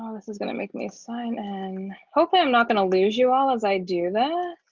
um this is gonna make me sign and hopefully i'm not going to lose you all as i do that